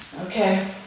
Okay